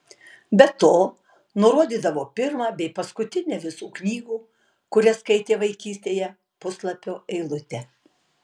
be to nurodydavo pirmą bei paskutinę visų knygų kurias skaitė vaikystėje puslapio eilutę